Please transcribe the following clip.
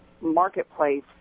marketplace